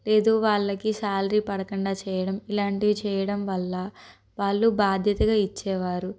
ఏదో వాళ్ళకి శాలరీ పడకుండా చేయడం ఇలాంటివి చేయడం వల్ల వాళ్ళు బాధ్యతగా ఇచ్చేవారు